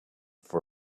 for